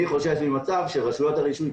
אני חושש ממצב שרשויות הרישוי,